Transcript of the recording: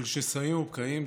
של שסעים ובקעים,